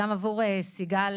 גם עבור סיגל,